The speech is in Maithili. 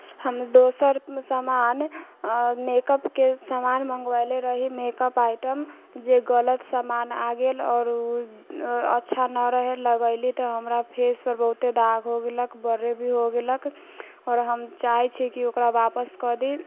हम दोसर सामान मेकअपके सामान मँगबेले रही मेकअप आइटम जे गलत सामान आ गेल आओर ओ अच्छा नहि रहै लगैली तऽ हमरा फेसपर बहुते दाग हो गेलक बर्रे भी हो गेलक आओर हम चाहै छिए कि ओकरा वापस कऽ दी